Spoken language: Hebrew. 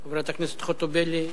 חברת הכנסת חוטובלי,